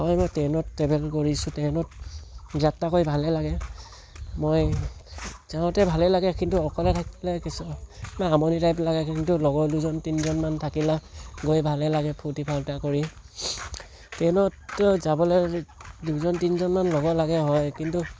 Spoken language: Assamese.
হয় মই ট্ৰেইনত ট্ৰেভেল কৰিছোঁ ট্ৰেইনত যাত্ৰা কৰি ভালেই লাগে মই ট্ৰেইনতে ভালেই লাগে কিন্তু অকলে থাকিলে আমনি টাইপ লাগে কিন্তু লগৰ দুজন তিনজনমান থাকিলে গৈ ভালেই লাগে ফূৰ্তি ফাৰ্ত্তা কৰি ট্ৰেইনত যাবলৈ দুজন তিনজনমান ল'ব লাগে হয় কিন্তু